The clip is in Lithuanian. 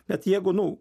net jeigu nu